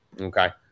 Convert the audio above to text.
Okay